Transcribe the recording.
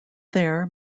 there